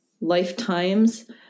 lifetimes